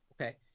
Okay